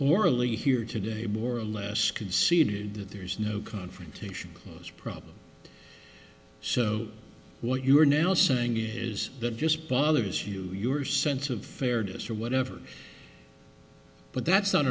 morally here today more or less conceded that there is no confrontation this problem so what you are now saying is that just bothers you your sense of fairness or whatever but that's hon